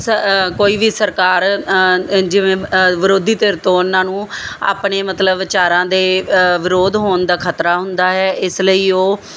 ਕੋਈ ਵੀ ਸਰਕਾਰ ਜਿਵੇਂ ਵਿਰੋਧੀ ਧਿਰ ਤੋਂ ਉਹਨਾਂ ਨੂੰ ਆਪਣੇ ਮਤਲਬ ਵਿਚਾਰਾਂ ਦੇ ਵਿਰੋਧ ਹੋਣ ਦਾ ਖਤਰਾ ਹੁੰਦਾ ਹੈ ਇਸ ਲਈ ਉਹ